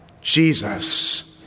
Jesus